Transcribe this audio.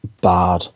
bad